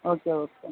okay okay